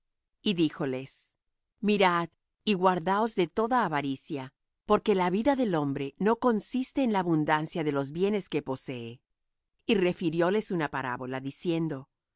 y díjoles mirad y guardaos de toda avaricia porque la vida del hombre no consiste en la abundancia de los bienes que posee y refirióles una parábola diciendo